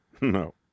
No